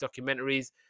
documentaries